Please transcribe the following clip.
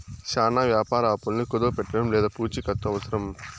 చానా వ్యాపార అప్పులను కుదవపెట్టడం లేదా పూచికత్తు అవసరం